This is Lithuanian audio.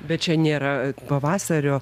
bet čia nėra pavasario